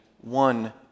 one